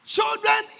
Children